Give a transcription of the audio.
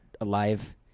alive